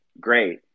great